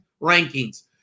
rankings